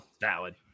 Valid